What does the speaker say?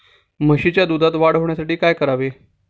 म्हशीच्या दुधात वाढ होण्यासाठी काय करावे?